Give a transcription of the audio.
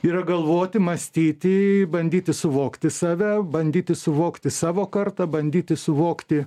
yra galvoti mąstyti bandyti suvokti save bandyti suvokti savo kartą bandyti suvokti